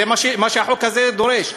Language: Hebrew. זה מה שהחוק הזה דורש.